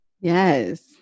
Yes